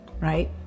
right